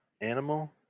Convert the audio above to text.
animal